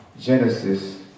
Genesis